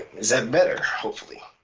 is that better? hopefully.